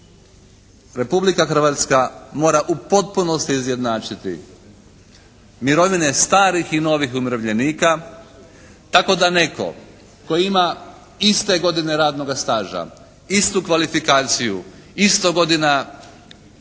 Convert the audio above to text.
Republika Hrvatska mora u potpunosti izjednačiti mirovine starih i novih umirovljenika tako da netko tko ima iste godine radnoga staža, istu kvalifikaciju, isto godina je